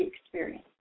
experience